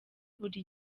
buri